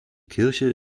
kirche